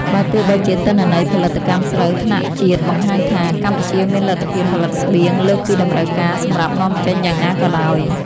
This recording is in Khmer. បើទោះបីជាទិន្នន័យផលិតកម្មស្រូវថ្នាក់ជាតិបង្ហាញថា កម្ពុជាមានលទ្ធភាពផលិតស្បៀងលើសពីតម្រូវការសម្រាប់នាំចេញយ៉ាងណាក៏ដោយ។